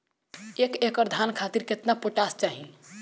एक एकड़ धान खातिर केतना पोटाश चाही?